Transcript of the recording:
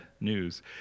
news